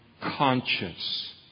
conscious